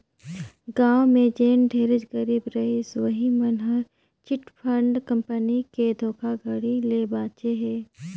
गाँव में जेन ढेरेच गरीब रहिस उहीं मन हर चिटफंड कंपनी के धोखाघड़ी ले बाचे हे